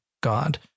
God